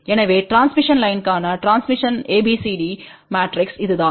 எனவே டிரான்ஸ்மிஷன் லைன்க்கான ABCD matrix இதுதான்